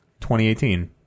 2018